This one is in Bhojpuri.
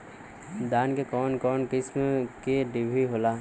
धान में कउन कउन किस्म के डिभी होला?